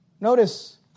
Notice